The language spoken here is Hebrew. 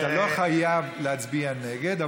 אתה לא חייב להצביע נגד,